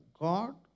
God